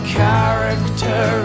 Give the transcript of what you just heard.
character